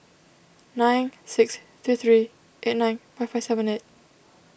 nine six three three eight nine five five seven eight